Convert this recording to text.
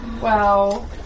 Wow